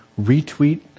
retweet